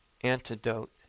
antidote